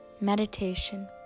Meditation